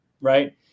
right